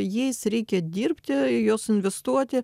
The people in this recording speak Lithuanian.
jais reikia dirbti juos investuoti